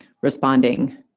responding